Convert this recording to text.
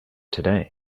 today